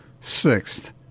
sixth